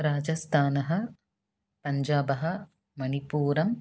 राजस्थानः पञ्जाबः मणिपुरम्